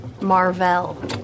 Marvel